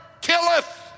killeth